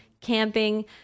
Camping